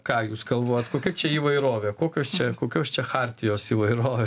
ką jūs galvojat kokia čia įvairovė kokios čia kokios čia chartijos įvairovė